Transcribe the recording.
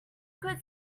could